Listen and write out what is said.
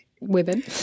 women